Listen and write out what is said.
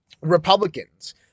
Republicans